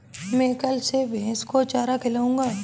मैं कल से भैस को चारा खिलाऊँगा